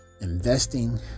investing